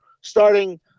starting